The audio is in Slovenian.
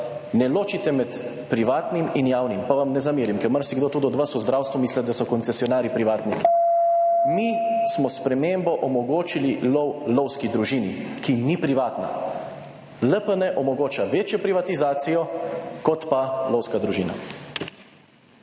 Ne ločite med privatnim in javnim, pa vam ne zamerim, ker marsikdo tudi od vas v zdravstvu misli, da so koncesionarji privatniki. Mi smo s spremembo omogočili lovski družini, ki ni privatna. LPN omogoča večjo privatizacijo kot pa lovska družina.